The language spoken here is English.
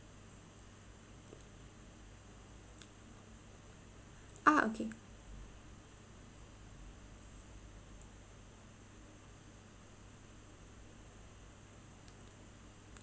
ah okay